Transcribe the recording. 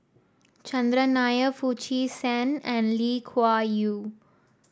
Chandran Nair Foo Chee San and Lee Kuan Yew